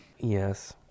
yes